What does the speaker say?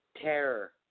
terror